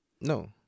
No